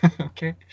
Okay